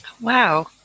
wow